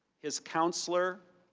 his counselor,